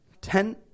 ten